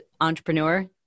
entrepreneur